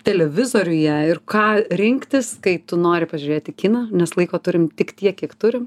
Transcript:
televizoriuje ir ką rinktis kai tu nori pažiūrėti kiną nes laiko turim tik tiek kiek turim